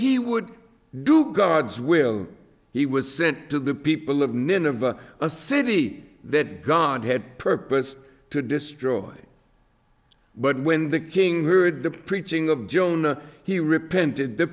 he would do god's will he was sent to the people of nineveh a city that god had purposed to destroy but when the king heard the preaching of jonah he repented the